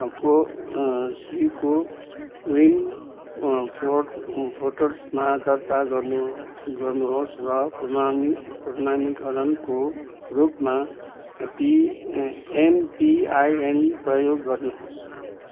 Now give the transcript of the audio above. को सि कोविन दर्ता गर्नु गर्नुहोस् र प्रमाणी प्रमाणीकारणको रूपमा पी एमपिआइएन प्रयोग गर्नुहोस्